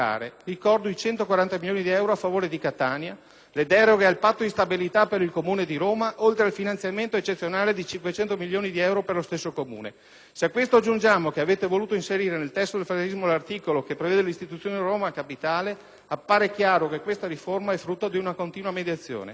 Ricordo i 140 milioni di euro a favore di Catania, le deroghe al Patto di stabilità per il Comune di Roma, oltre al finanziamento eccezionale di 500 milioni di euro per lo stesso Comune. Se a questo aggiungiamo che avete voluto inserire nel testo del federalismo l'articolo che prevede l'istituzione di Roma capitale appare chiaro che questa riforma è frutto di una continua mediazione.